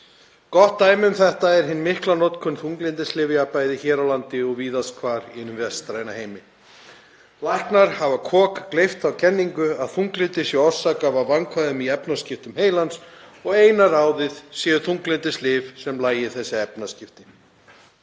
Gott dæmi um þetta er hin mikla notkun þunglyndislyfja, bæði hér á landi og víðast hvar í hinum vestræna heimi. Læknar hafa kokgleypt þá kenningu að þunglyndi orsakist af vandkvæðum í efnaskiptum heilans og að eina ráðið sé þunglyndislyf sem lagi þau efnaskipti.